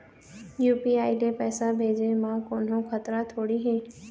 UPI ले पैसे भेजे म कोन्हो खतरा थोड़ी हे?